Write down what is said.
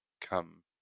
come